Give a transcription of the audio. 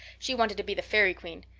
she wanted to be the fairy queen.